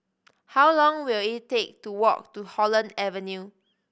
how long will it take to walk to Holland Avenue